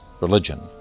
religion